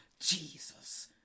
Jesus